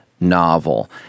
novel